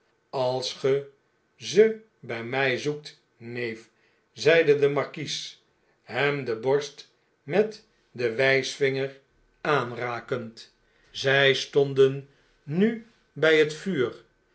als gy ze by m y zoekt neef zeide de markies hem de borst met den wysvinger aanrakend zjj stonden nu by het vuur